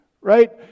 right